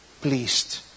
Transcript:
Pleased